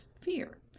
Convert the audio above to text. fear